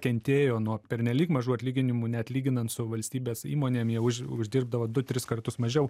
kentėjo nuo pernelyg mažų atlyginimų net lyginant su valstybės įmonėm jie už uždirbdavo du tris kartus mažiau